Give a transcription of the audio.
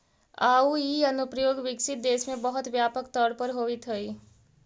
आउ इ अनुप्रयोग विकसित देश में बहुत व्यापक तौर पर होवित हइ